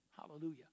hallelujah